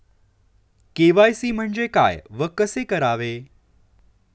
KYC म्हणजे काय व कसे करावे?